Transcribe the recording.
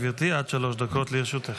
בבקשה גברתי, עד שלוש דקות לרשותך.